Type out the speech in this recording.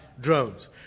drones